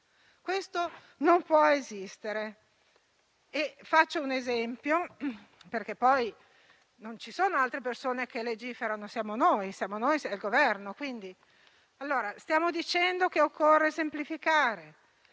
questo non può esistere. Faccio un esempio, perché poi non ci sono altre persone che legiferano, ma siamo noi e il Governo. Stiamo dicendo che occorre semplificare